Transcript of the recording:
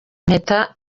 impeta